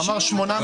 הוא אמר 800,